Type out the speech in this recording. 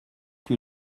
que